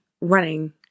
running